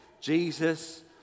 Jesus